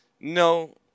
no